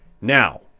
Now